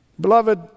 Beloved